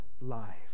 life